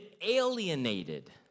alienated